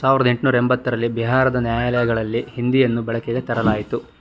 ಸಾವಿರ್ದ ಎಂಟುನೂರ ಎಂಬತ್ತರಲ್ಲಿ ಬಿಹಾರದ ನ್ಯಾಯಾಲಯಗಳಲ್ಲಿ ಹಿಂದಿಯನ್ನು ಬಳಕೆಗೆ ತರಲಾಯಿತು